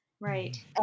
Right